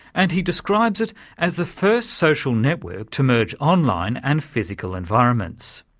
and he describes it as the first social network to merge online and physical environments.